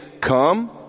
come